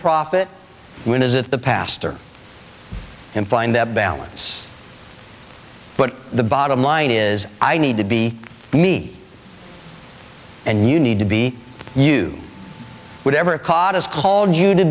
prophet when is it the pastor and find that balance but the bottom line is i need to be me and you need to be you would ever caught has called you to